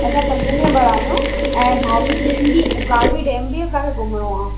असां पंज मैंबर आहियूं ऐं बारहंवी डेम बि बारहंवी डेम बि असांखे घुमिणो आहे